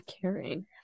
Caring